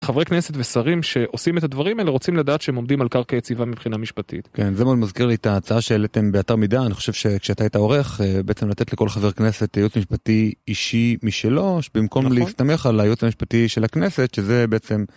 חברי כנסת ושרים שעושים את הדברים האלה רוצים לדעת שהם עומדים על קרקע יציבה מבחינה משפטית. כן, זה מאוד מזכיר לי את ההצעה שעליתן באתר מידע. אני חושב שכשאתה היית עורך, בעצם לתת לכל חבר כנסת היועץ משפטי אישי משלו, שבמקום להסתמך על היועץ המשפטי של הכנסת, שזה בעצם...